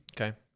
okay